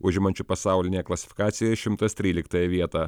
užimančiu pasaulinėje klasifikacijoje šimtas tryliktąją vietą